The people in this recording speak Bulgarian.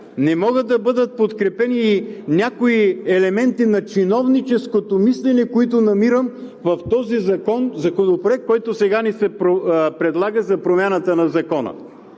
не могат да бъдат подкрепени и някои елементи на чиновническото мислене, които намирам в този законопроект, който сега ни се предлага за промяната на Закона.